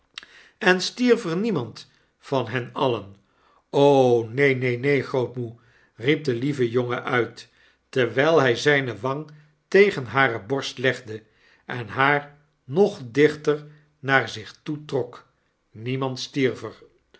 en stierf er niemand van hen alien neen neen neen grootmoe riep de lieve jongen nit terwyl hi zflne wang tegen hare borst legde en haar nog dichter naar zich toetrok niemand